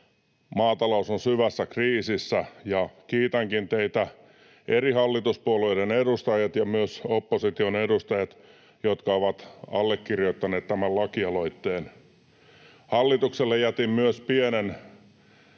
maatalous on syvässä kriisissä, ja kiitänkin teitä, eri hallituspuolueiden edustajat ja myös opposition edustajat, jotka olette allekirjoittaneet tämän lakialoitteen. Hallitukselle jätin myös pienen